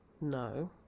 no